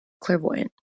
Clairvoyant